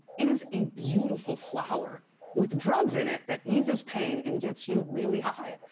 it is a beautiful flower with drugs in it that eases pain and gets you really high.